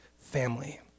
family